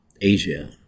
Asia